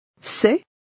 C'est